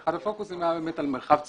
אחד הפוקוסים היה באמת על מרחב ציבורי.